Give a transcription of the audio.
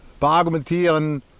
beargumentieren